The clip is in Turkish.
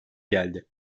geldi